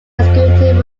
executive